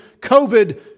COVID